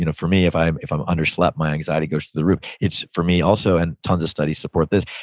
you know for me, if i'm if i'm under slept, my anxiety goes through the roof. it's for me also, and tons of studies support this,